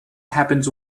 happens